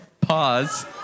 pause